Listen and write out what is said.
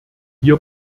hier